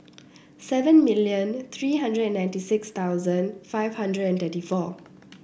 seven million three hundred and ninety six thousand five hundred and thirty four